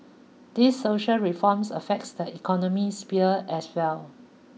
these social reforms affects the economic sphere as well